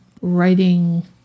writing